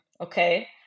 okay